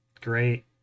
Great